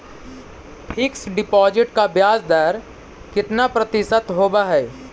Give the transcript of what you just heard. Fix deposit का ब्याज दर कितना प्रतिशत होब है?